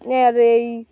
আর এই